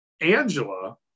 angela